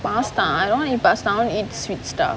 pasta I don't want to eat pasta I want to eat sweet stuff